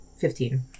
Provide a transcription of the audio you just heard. Fifteen